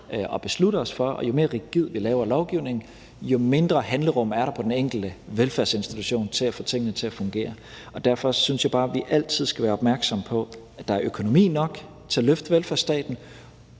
og beslutter os for, og jo mere rigid, vi laver lovgivningen, jo mindre handlerum er der på den enkelte velfærdsinstitution til at få tingene til at fungere. Derfor synes jeg bare, at vi altid skal være opmærksom på, at der er økonomi nok til at løfte velfærdsstaten,